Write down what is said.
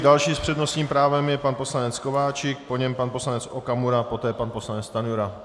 Další s přednostním právem je pan poslanec Kováčik, po něm pan poslanec Okamura, poté pan poslanec Stanjura.